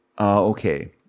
okay